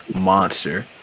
monster